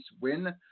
win